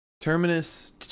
Terminus